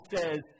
says